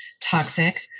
toxic